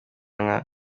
nka